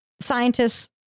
scientists